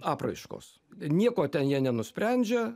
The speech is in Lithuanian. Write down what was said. apraiškos nieko ten jie nenusprendžia